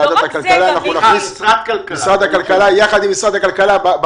יחד עם משרד הכלכלה.